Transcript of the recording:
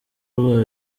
rwayo